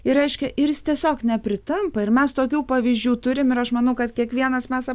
ir reiškia ir jis tiesiog nepritampa ir mes tokių pavyzdžių turim ir aš manau kad kiekvienas mes a